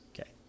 Okay